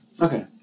Okay